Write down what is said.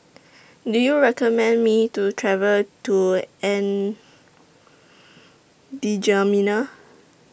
Do YOU recommend Me to travel to N'Djamena